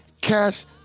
Cash